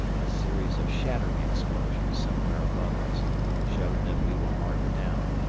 a series of shattering explosions somewhere above us showed that we were marked down,